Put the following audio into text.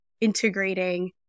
integrating